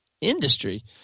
industry